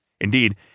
Indeed